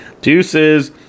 deuces